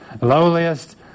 lowliest